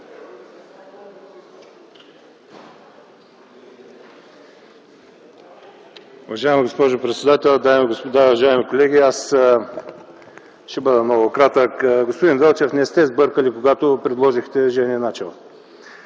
Уважаема госпожо председател, дами и господа, уважаеми колеги! Аз ще бъда много кратък. Господин Велчев, не сте сбъркали, когато предложихте Жени Начева.